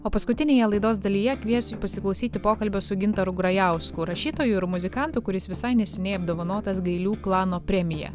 o paskutinėje laidos dalyje kviesiu pasiklausyti pokalbio su gintaru grajausku rašytoju ir muzikantu kuris visai neseniai apdovanotas gailių klano premija